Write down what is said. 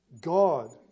God